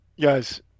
guys